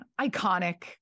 iconic